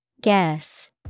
Guess